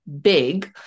big